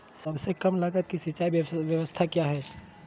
सबसे कम लगत की सिंचाई ब्यास्ता क्या है?